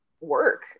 work